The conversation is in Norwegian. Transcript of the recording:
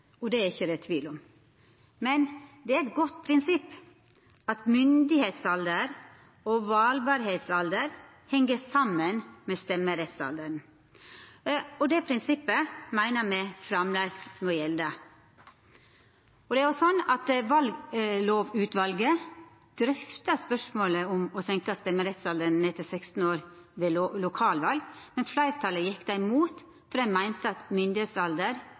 det er det ikkje tvil om, men det er eit godt prinsipp at myndigheitsalderen og valbarheitsalderen heng saman med stemmerettsalderen, og det prinsippet meiner me framleis må gjelda. Det er òg sånn at Vallovutvalet drøfta spørsmålet om å setja ned stemmerettsalderen til 16 år ved lokalval, men fleirtalet gjekk imot, då dei meinte at myndigheitsalder